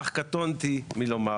אך קטונתי מלומר",